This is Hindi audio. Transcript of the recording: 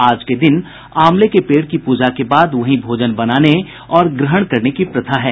आज के दिन आंवले के पेड़ की पूजा के बाद वहीं भोजन बनाने और ग्रहण करने की प्रथा है